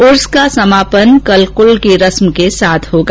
उर्स का समापन कल कुल की रस्म के साथ होगा